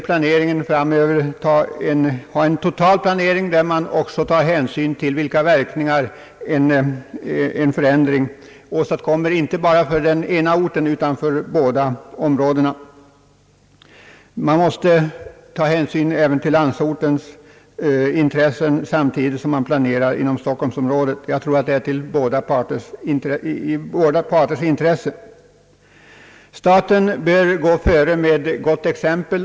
Planeringen framöver måste ta sikte på en total planering, vid vilken hänsyn tas till de verkningar som en förändring åstadkommer inte bara för det ena området utan för båda områdena. Vid planeringen för stockholmsområdet måste beaktas också landsortens intressen. Jag tror att det är till gagn för båda parter. Staten bör gå före med gott exempel.